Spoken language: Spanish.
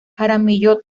jaramillo